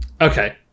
Okay